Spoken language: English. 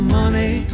money